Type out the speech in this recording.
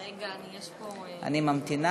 אני ממתינה.